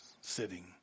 sitting